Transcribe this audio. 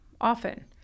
often